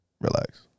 relax